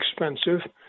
expensive